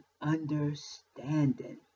understanding